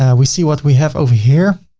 and we see what we have over here,